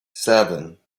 seven